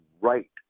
right